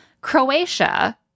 Croatia